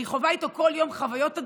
אני חווה איתו כל יום חוויות הזויות.